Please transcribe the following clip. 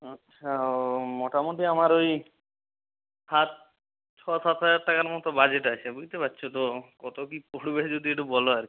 আচ্ছা ও মোটামুটি আমার ওই সাত ছ সাত হাজার টাকার মতো বাজেট আছে বুঝতে পারছো তো কতো কী পড়বে যদি একটু বলো আর কি